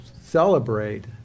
celebrate